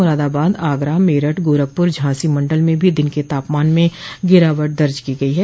मुरादाबाद आगरा मेरठ गोरखपुर और झांसी मंडल में भी दिन के तापमान में गिरावट दर्ज की गई है